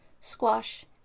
squash